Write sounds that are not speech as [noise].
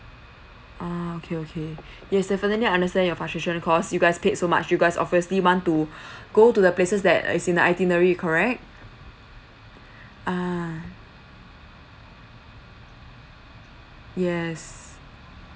ah okay okay [breath] yes definitely understand your frustration cause you guys paid so much you guys obviously want to [breath] go to the places that as in the itinerary correct ah yes